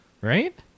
right